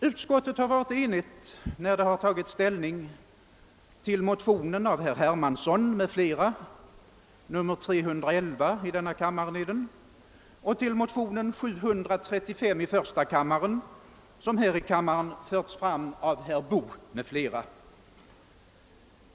Utskottet har varit enigt när det har tagit ställning till motionsparet I:281 och II: 311, som väckts av herr Hermansson m.fl. i denna kammare, och till motionsparet I: 735 och II: 827, som här i kammaren förts fram av herr Boo m.fl.